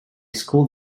school